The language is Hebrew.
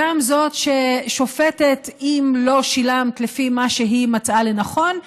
גם זאת ששופטת אם לא שילמת לפי מה שהיא מצאה לנכון,